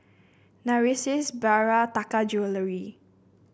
Narcissus Bia Taka Jewelry